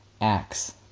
Acts